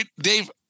Dave